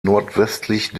nordwestlich